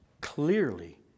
clearly